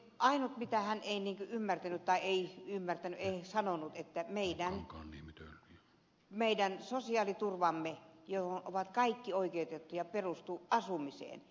ainut mitä hän ei sanonut on se että meidän sosiaaliturvamme johon ovat kaikki oikeutettuja perustuu asumiseen